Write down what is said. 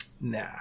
Nah